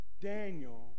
Daniel